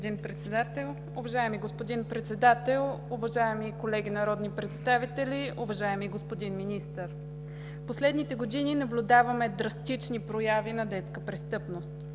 господин Председател, уважаеми колеги народни представители, уважаеми господин Министър! Последните години наблюдаваме драстични прояви на детска престъпност.